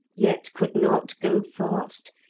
yet could not go fast,